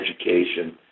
education